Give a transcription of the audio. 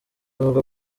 avuga